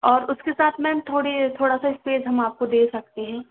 और उसके साथ मैम थोड़ी थोड़ा सा स्पेस हम आपको दे सकते हैं